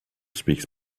speaks